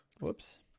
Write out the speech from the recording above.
Whoops